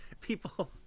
people